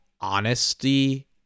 honesty